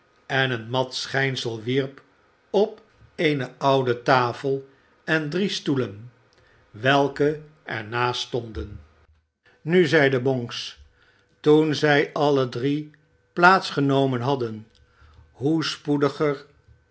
en een mat schijnsel wierp op eene oude tafel en drie stoelen welke er naast stonden nu zeide monks toen zij alle drie plaats genomen hadden hoe spoediger